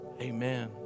amen